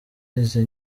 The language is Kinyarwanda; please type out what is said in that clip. izi